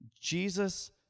Jesus